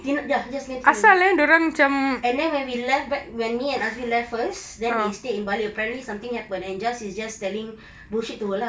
ya jas dengan tini and then when we left back when me and azmi left first then they stay in bali apparently something happened and jas is just telling bullshit to her lah